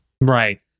Right